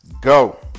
go